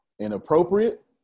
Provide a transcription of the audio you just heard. inappropriate